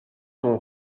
son